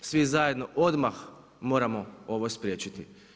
Svi zajedno odmah moramo ovo spriječiti.